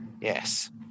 Yes